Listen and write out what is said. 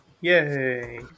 Yay